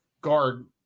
guard